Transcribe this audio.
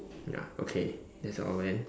ya okay that's all man